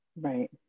Right